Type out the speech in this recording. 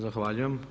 Zahvaljujem.